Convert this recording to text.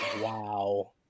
Wow